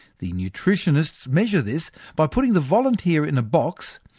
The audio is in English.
the nutritionists measure this by putting the volunteer in a box,